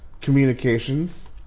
communications